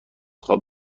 خواب